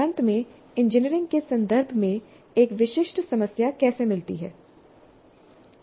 अंत में इंजीनियरिंग के संदर्भ में एक विशिष्ट समस्या कैसे मिलती है